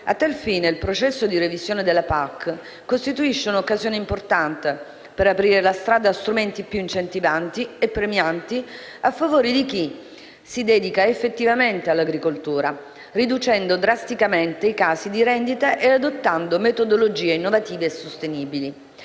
A tal fine il processo di revisione della PAC costituisce un'occasione importante per aprire la strada a strumenti più incentivanti e premianti a favore di chi si dedica effettivamente all'agricoltura, riducendo drasticamente i casi di rendita e adottando metodologie innovative e sostenibili.